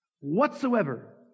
whatsoever